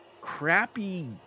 crappy